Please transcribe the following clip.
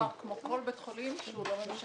מצוקה כמו כל בית חולים שהוא לא ממשלתי.